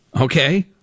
okay